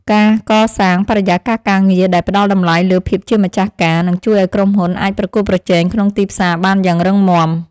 ការកសាងបរិយាកាសការងារដែលផ្តល់តម្លៃលើភាពជាម្ចាស់ការនឹងជួយឱ្យក្រុមហ៊ុនអាចប្រកួតប្រជែងក្នុងទីផ្សារបានយ៉ាងរឹងមាំ។